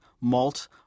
malt